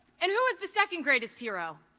and who is the second greatest hero?